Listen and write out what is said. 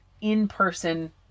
in-person